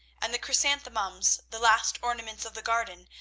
and the chrysanthemums, the last ornaments of the garden,